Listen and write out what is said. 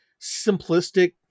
simplistic